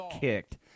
kicked